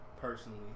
personally